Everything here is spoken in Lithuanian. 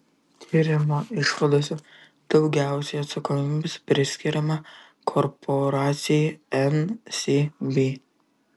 tyrimo išvadose daugiausiai atsakomybės priskiriama korporacijai ncb